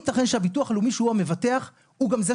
כן.